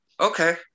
okay